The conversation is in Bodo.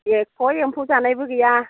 एख' एम्फौ जानायबो गैया